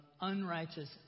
unrighteous